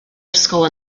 ysgol